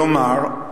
נכון.